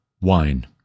wine